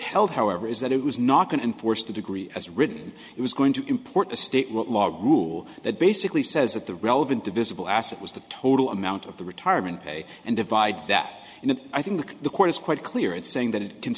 held however is that it was not going to enforce the degree as written it was going to import the state will log rule that basically says that the relevant divisible as it was the total amount of the retirement pay and divide that and i think the court is quite clear in saying that it c